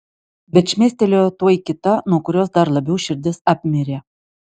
bet šmėstelėjo tuoj kita nuo kurios dar labiau širdis apmirė